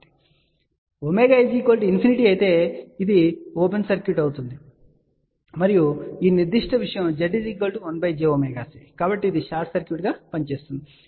కాబట్టి ω ∞అయితే ఇది ఓపెన్ సర్క్యూట్ అవుతుంది మరియు ఈ నిర్దిష్ట విషయం z 1jωC కాబట్టి ఇది షార్ట్ సర్క్యూట్గా పనిచేస్తుంది